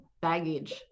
baggage